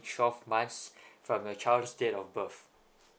twelve months from your child's date of birth